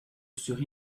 sur